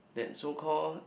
that so call